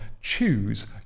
choose